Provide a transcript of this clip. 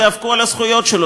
תיאבקו על הזכויות שלו,